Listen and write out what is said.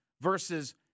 versus